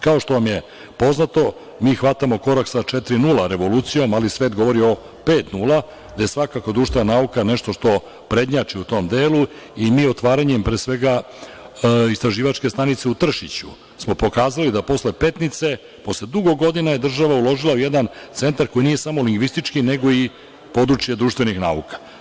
Kao što vam je poznato, mi hvatamo korak sa 4.0 revolucijom, ali svet govori o 5.0, gde je svakako društvena nauka nešto što prednjači u tom delu i mi otvaranjem pre svega istraživačke stanice u Tršiću smo pokazali da posle Petnice, posle dugo godina je država uložila u jedan centar koji nije samo lingvistički nego i područje društvenih nauka.